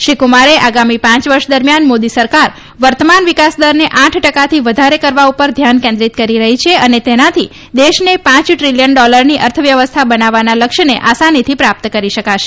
શ્રી કુમારે આગામી પાંચ વર્ષ દરમિયાન મોદી સરકાર વર્તમાન વિકાસ દર તે આઠ ટકાથી વધારે કરવા ઉપર ધ્યાન કેન્દ્રિત કરી હતી છે અને તેનાથી દેશને પાંચ દ્રિલિથન ડોલરની અર્થવ્યવસ્થા બનાવવાના લક્ષ્યને આસાનાથી પ્રાપ્ત કરી શકાશે